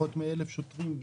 פחות מ-1,000 שוטרים גידול.